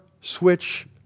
switch